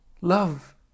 love